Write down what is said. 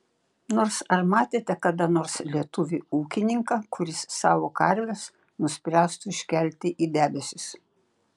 nors ar matėte kada nors lietuvį ūkininką kuris savo karves nuspręstų iškelti į debesis